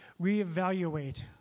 reevaluate